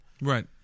Right